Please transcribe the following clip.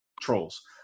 trolls